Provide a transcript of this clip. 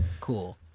Cool